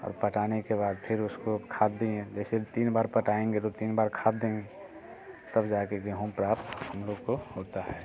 और पटाने के बाद फिर उसको खाद दिए जैसे तीन बार पटाएंगे तो तीन बार खाद देंगे तब जा कर गेहूँ प्राप्त हम लोग को होता है